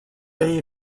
day